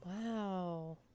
Wow